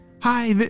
Hi